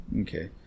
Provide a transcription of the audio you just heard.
Okay